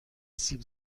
سیب